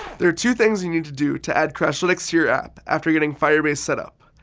there are two things you need to do to add crashlytics to your app after getting firebase set up.